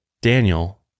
Daniel